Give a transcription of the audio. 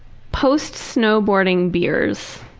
post-snowboarding beers.